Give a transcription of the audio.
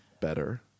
better